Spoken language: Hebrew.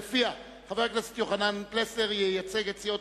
שלפיה חבר הכנסת יוחנן פלסנר ייצג את סיעות